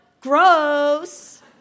gross